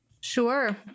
Sure